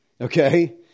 okay